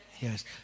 Yes